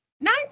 Nine